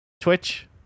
twitch